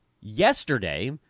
Yesterday